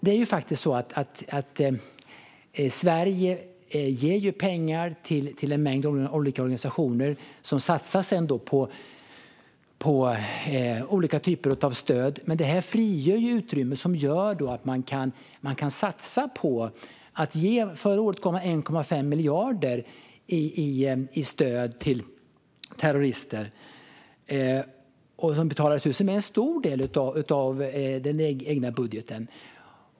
Det är faktiskt så att Sverige ger pengar till en mängd olika organisationer som sedan satsas på olika typer av stöd. Men detta frigör utrymme som gör att man kan satsa på olika saker. Förra året gav Sverige 1,5 miljarder kronor i stöd till terrorister. Det är en stor del av deras egen budget.